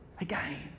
Again